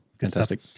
Fantastic